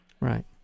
Right